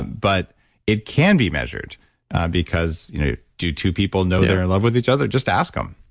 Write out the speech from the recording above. but it can be measured because you know do two people know they're in love with each other, just ask them